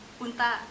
Unta